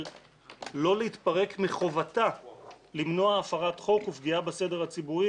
לא להתפרק מחובתה למנוע הפרת חוק ופגיעה בסדר הציבורי